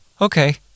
okay